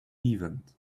event